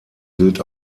gilt